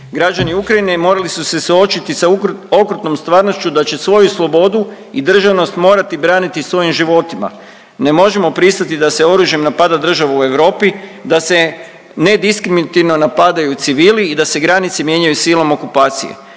Građani Ukrajine morali su se suočiti sa okrutnom stvarnošću da će svoju slobodu i državnost morati braniti svojim životima. Ne možemo pristati da se oružjem napada država u Europi, da se nediskrimitivno napadaju civili i da se granice mijenjaju silom okupacije.